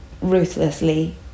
ruthlessly